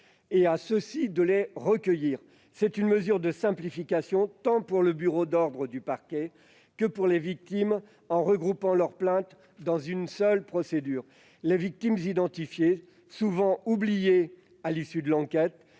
et à ceux-ci de pouvoir la recueillir. C'est une mesure de simplification, tant pour le bureau d'ordre du parquet que pour les victimes, puisque les plaintes seront regroupées dans une seule procédure. Les victimes identifiées, souvent oubliées à l'issue de l'enquête,